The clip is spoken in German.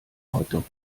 hotdog